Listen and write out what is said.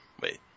wait